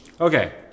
Okay